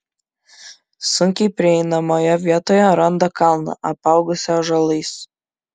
sunkiai prieinamoje vietoje randa kalną apaugusį ąžuolais